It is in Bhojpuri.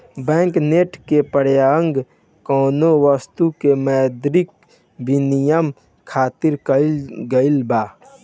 बैंक नोट के परयोग कौनो बस्तु के मौद्रिक बिनिमय खातिर कईल गइल बा